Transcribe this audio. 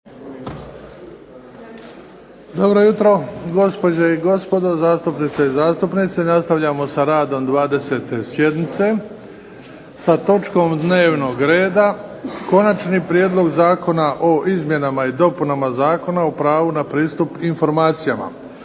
Dobro jutro, gospođe i gospodo, zastupnice i zastupnici nastavljamo sa radom 20. sjednice sa točkom dnevnog reda - Konačni prijedlog zakona o izmjenama i dopunama Zakona o pravu na pristup informacijama,